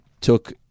took